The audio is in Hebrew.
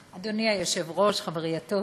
4449,